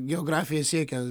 geografija siekia